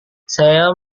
saya